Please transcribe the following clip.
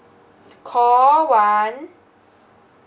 call one